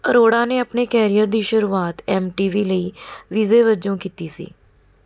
ਅਰੋੜਾ ਨੇ ਆਪਣੇ ਕੈਰੀਅਰ ਦੀ ਸ਼ੁਰੂਆਤ ਐਮ ਟੀ ਵੀ ਲਈ ਵੀਜੇ ਵਜੋਂ ਕੀਤੀ ਸੀ